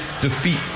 defeat